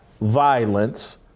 violence